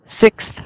sixth